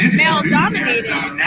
male-dominated